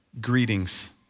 Greetings